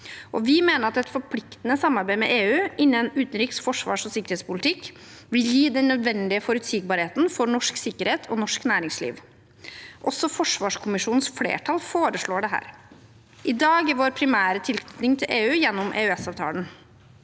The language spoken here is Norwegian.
vi mener at et forpliktende samarbeid med EU innenfor utenriks-, forsvars- og sikkerhetspolitikk vil gi den nødvendige forutsigbarheten for norsk sikkerhet og norsk næringsliv. Også forsvarskommisjonens flertall foreslår dette. I dag er vår primære tilknytning til EU gjennom EØS-avtalen.